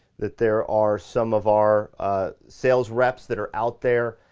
that there are some of our sales reps that are out there.